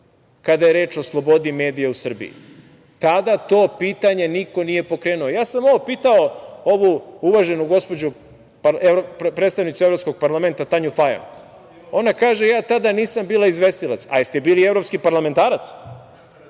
kada je reč o slobodi medija u Srbiji? Tada to pitanje niko nije pokrenuo. Ja sam ovo pitao ovu uvaženu gospođu, predstavnicu Evropskog parlamenta, Tanju Fajon. Ona kaže – ja tada nisam bila izvestilac. Jeste li bili evropski parlamentarac?